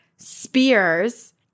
spears